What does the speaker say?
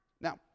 Now